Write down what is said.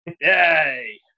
Yay